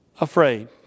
afraid